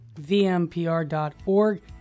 vmpr.org